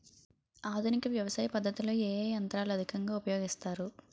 ఆధునిక వ్యవసయ పద్ధతిలో ఏ ఏ యంత్రాలు అధికంగా ఉపయోగిస్తారు?